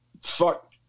Fuck